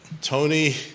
Tony